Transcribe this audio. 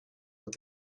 what